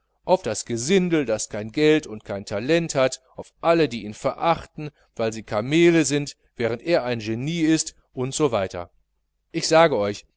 auf das gesindel das geld und kein talent hat auf alle die ihn verachten weil sie kameele sind während er ein genie ist u s w ich sage euch